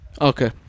Okay